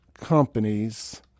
companies